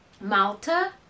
Malta